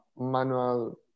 manual